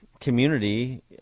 community